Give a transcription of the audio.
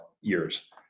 years